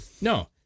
no